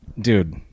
Dude